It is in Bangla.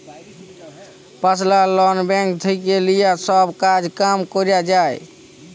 পার্সলাল লন ব্যাঙ্ক থেক্যে লিয়ে সব কাজ কাম ক্যরা যায়